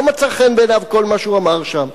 לא מצא חן בעיניו כל מה שהוא אמר שם.